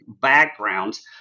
backgrounds